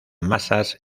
masas